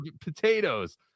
potatoes